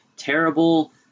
Terrible